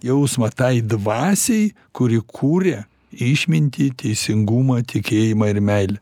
jausmą tai dvasiai kuri kūria išmintį teisingumą tikėjimą ir meilę